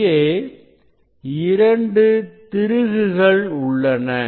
இங்கே 2 திருகுகள் உள்ளன